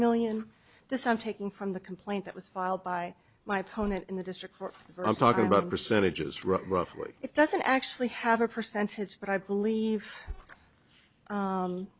million this i'm taking from the complaint that was filed by my opponent in the district court i'm talking about percentages roughly it doesn't actually have a percentage but i believe